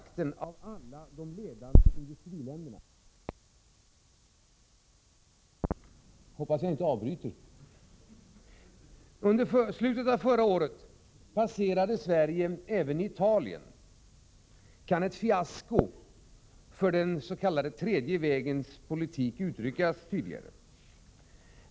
Sverige har i dag den högsta inflationstakten av alla de ledande industriländerna. Under slutet av förra året passerade Sverige även Italien. Kan ett fiasko för den s.k. tredje vägens politik uttryckas tydligare?